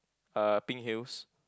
uh pink heels